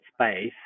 space